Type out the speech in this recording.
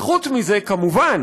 וחוץ מזה, מובן